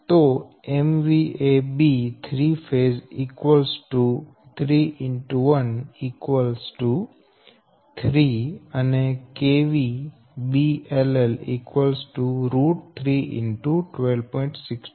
તો B3ɸ 3 X 1 3